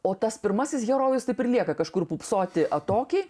o tas pirmasis herojus taip ir lieka kažkur pūpsoti atokiai